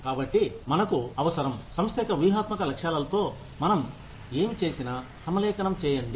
కాబట్టి మనకు అవసరం సంస్థ యొక్క వ్యూహాత్మక లక్ష్యాలతో మనం ఏమి చేసిన సమలేఖనం చేయండి